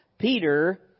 Peter